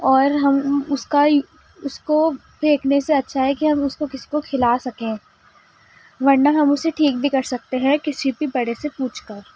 اور ہم اس کا اس کو پھینکنے سے اچھا ہے کہ ہم اس کو کسی کو کھلا سکیں ورنہ ہم اسے ٹھیک بھی کر سکتے ہیں کسی بھی بڑے سے پوچھ کر